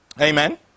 Amen